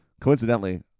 Coincidentally